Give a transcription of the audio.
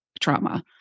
trauma